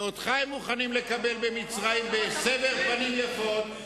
ואותך הם מוכנים לקבל במצרים בסבר פנים יפות,